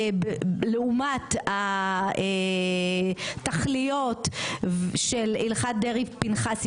לעומת התכליות של הלכת דרעי-פנחסי